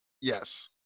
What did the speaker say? Yes